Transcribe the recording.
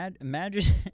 imagine